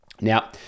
Now